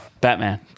Batman